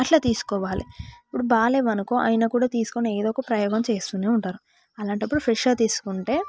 అట్ల తీసుకోవాలి ఇప్పుడు బాగలేదు అనుకో అయినా కూడా తీసుకొని ఏదో ఒక ప్రయోగం చేస్తు ఉంటారు అలాంటప్పుడు ఫ్రెష్గా తీసుకుంటే